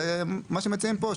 ומה שמציעים פה,